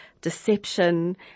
deception